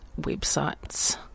websites